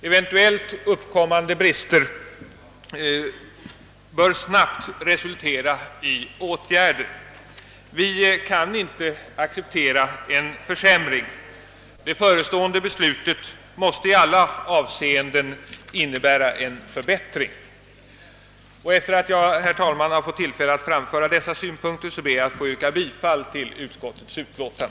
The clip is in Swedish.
Eventuellt uppkommande brister bör snabbt resultera i åtgärder. Vi kan inte acceptera en försämring. Det förestående beslutet måste i alla avseenden innebära en förbättring. Efter att jag, herr talman, fått tillfälle att framföra dessa synpunkter ber jag att få yrka bifall till utskottets hemställan.